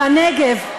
בנגב,